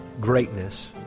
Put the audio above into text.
greatness